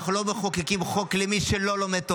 אנחנו לא מחוקקים חוק למי שלא לומד תורה.